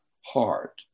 heart